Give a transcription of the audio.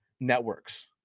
Networks